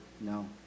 no